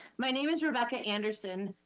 my name is rebecca anderson.